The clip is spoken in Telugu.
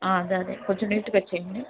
సరే కొంచెం నీట్గా చెయ్యండి